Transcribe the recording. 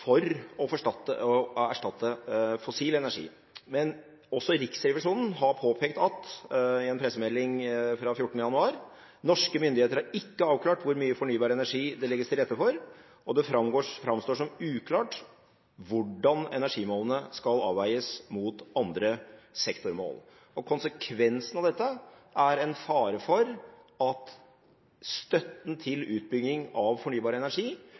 å erstatte fossil energi. Men også Riksrevisjonen har – i en pressemelding fra 14. januar – påpekt at «norske myndigheter ikke har avklart hvor mye ny fornybar energi det skal legges til rette for, og det framstår som uklart hvordan energimålene skal avveies mot andre sektormål». Konsekvensene av dette er en fare for at støtten til utbygging av fornybar energi